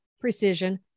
precision